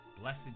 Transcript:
Blessed